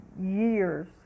years